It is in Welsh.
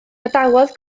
gadawodd